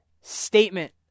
statement